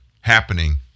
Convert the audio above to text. happening